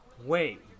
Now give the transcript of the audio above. Wait